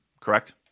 Correct